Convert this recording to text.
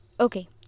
Okay